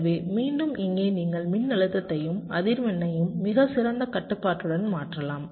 எனவே மீண்டும் இங்கே நீங்கள் மின்னழுத்தத்தையும் அதிர்வெண்ணையும் மிகச் சிறந்த கட்டுப்பாட்டுடன் மாற்றலாம்